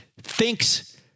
thinks